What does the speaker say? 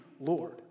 Lord